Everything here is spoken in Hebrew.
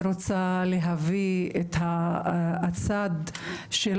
להכיר זכות